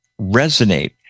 resonate